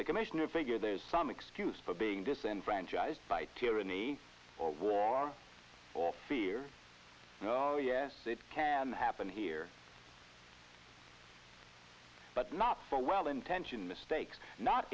the commissioner figure there's some excuse for being disenfranchised by tehrani or war or fear oh yes it can happen here but not for well intentioned mistakes not